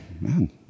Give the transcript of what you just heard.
man